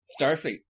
Starfleet